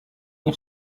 nie